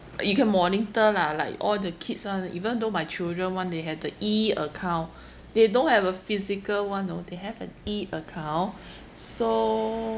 you can monitor lah like all the kids [one] even though my children [one] they had the e-account they don't have a physical one orh they have an e-account so